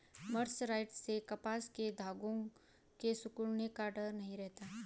mercerised कपास के धागों के सिकुड़ने का डर नहीं रहता